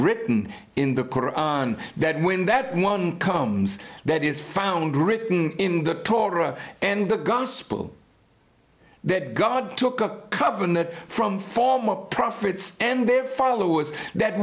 written in the koran that when that one comes that is found written in the torah and the gospel that god took a covenant from former prophets and their followers that